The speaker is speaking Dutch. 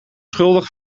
schuldig